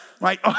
Right